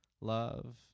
Love